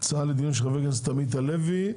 הצעה לדיון של חבר הכנסת עמית הלוי.